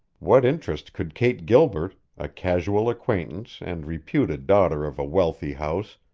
what interest could kate gilbert, a casual acquaintance and reputed daughter of a wealthy house,